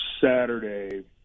Saturday